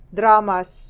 dramas